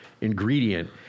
ingredient